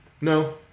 No